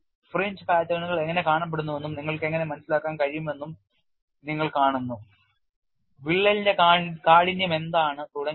fringe പാറ്റേണുകൾ എങ്ങനെ കാണപ്പെടുന്നുവെന്നും നിങ്ങൾക്ക് എങ്ങനെ മനസിലാക്കാൻ കഴിയുമെന്നും നിങ്ങൾ കാണുന്നു വിള്ളലിന്റെ കാഠിന്യം എന്താണ് തുടങ്ങിയവ